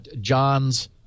John's